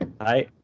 Hi